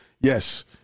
Yes